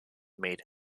made